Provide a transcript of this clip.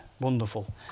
Wonderful